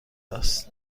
است